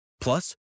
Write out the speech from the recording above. Plus